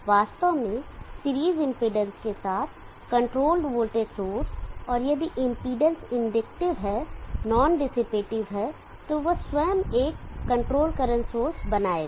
वास्तव में series impedance के साथ कंट्रोल्ड वोल्टेज सोर्स और यदि इंपेडेंस इंडक्टिव है नॉन डिसीपैटिव है वह स्वयं एक कंट्रोल करंट सोर्स बनाएगा